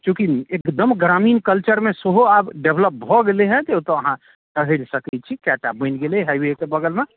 चूँकि एकदम ग्रामीण कल्चरमे सेहो आब डेवलप भऽ गेलैया हँ जे ओतऽ अहाँ रहि सकैत छी कैटा बनि गेलैया हाई वेके बगलमे